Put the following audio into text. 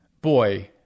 Boy